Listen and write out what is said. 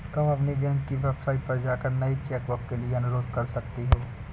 तुम अपनी बैंक की वेबसाइट पर जाकर नई चेकबुक के लिए अनुरोध कर सकती हो